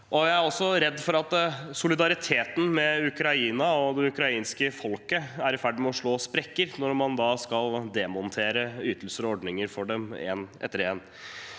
Jeg er også redd for at solidariteten med Ukraina og det ukrainske folket er i ferd med å slå sprekker når man skal demontere ytelser og ordninger for dem – en etter en.